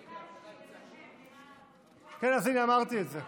הצבעתי בעד, כן, אז הינה, אמרתי את זה.